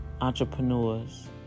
entrepreneurs